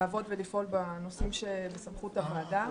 לעבוד ולפעול בנושאים שבסמכות הוועדה.